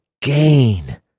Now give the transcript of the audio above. gain